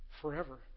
forever